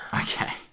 Okay